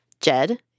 Jed